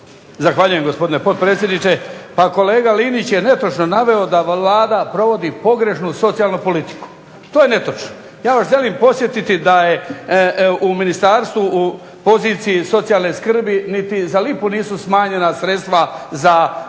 Zahvaljujem gospodine potpredsjedniče. Pa kolega Linić je netočno naveo da Vlada provodi pogrešnu socijalnu politiku. To je netočno. Ja vas želim podsjetiti da je u ministarstvu, u poziciji socijalne skrbi niti za lipu nisu smanjena sredstva za,